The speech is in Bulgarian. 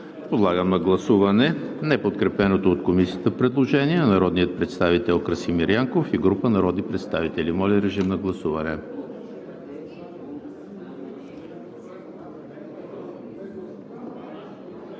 Подлагам на гласуване неподкрепеното от Комисията предложение на народния представител Красимир Янков и група народни представители. Гласували